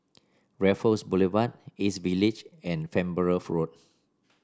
Raffles Boulevard East Village and Farnborough Road